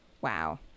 Wow